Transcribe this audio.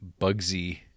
Bugsy